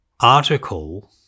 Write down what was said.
article